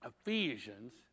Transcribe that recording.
Ephesians